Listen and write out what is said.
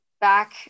back